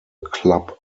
club